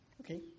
Okay